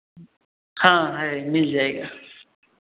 हाँ है मिल जाएगा